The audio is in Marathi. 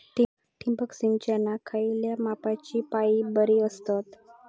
ठिबक सिंचनाक खयल्या मापाचे पाईप बरे असतत?